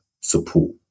support